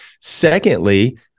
Secondly